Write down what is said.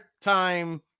time